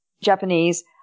Japanese